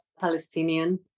Palestinian